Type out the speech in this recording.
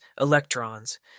electrons